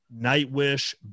Nightwish